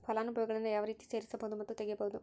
ಫಲಾನುಭವಿಗಳನ್ನು ಯಾವ ರೇತಿ ಸೇರಿಸಬಹುದು ಮತ್ತು ತೆಗೆಯಬಹುದು?